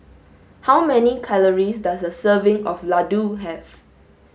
how many calories does a serving of Ladoo have